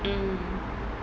mm